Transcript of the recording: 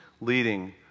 leading